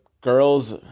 girls